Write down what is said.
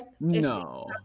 No